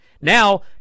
Now